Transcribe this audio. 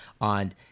on